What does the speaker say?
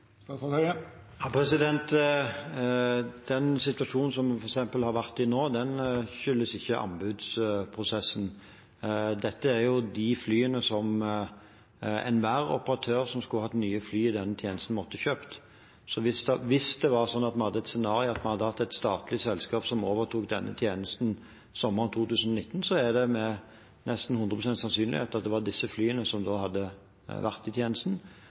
Den situasjonen som vi f.eks. har vært i nå, skyldes ikke anbudsprosessen. Dette er jo de flyene som enhver operatør som skulle hatt nye fly i denne tjenesten, måtte ha kjøpt. Hvis det var slik at vi hadde et scenario der det var et statlig selskap som overtok denne tjenesten sommeren 2019, er det nesten 100 pst. sannsynlighet for at det er disse flyene som hadde vært i